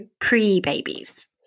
pre-babies